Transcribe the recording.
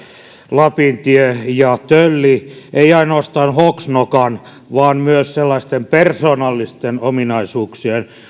lapintie ja tölli ei ainoastaan hoksnokan vaan myös sellaisten persoonallisten ominaisuuksien